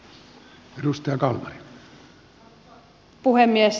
arvoisa puhemies